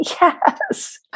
yes